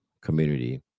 community